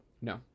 No